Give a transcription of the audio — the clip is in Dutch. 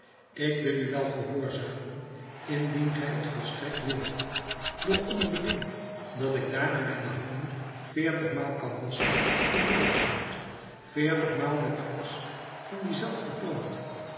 ik wil u wel gehoorzamen indien gij het volstrekt wilt doch onder beding dat ik daarna mijne handen veertig maal kan wasschen in loogzout veertig maal met de as van die zelfde plant